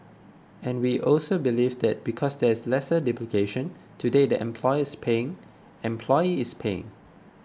and we also believe that because there is lesser duplication today the employer is paying employee is paying